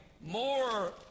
more